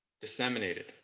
disseminated